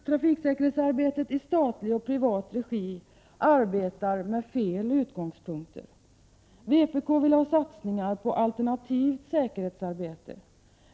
Trafiksäkerhetsarbetet i statlig och privat regi utgår ifrån felaktiga utgångspunkter. Vpk vill ha satsningar på alternativt säkerhetsarbete.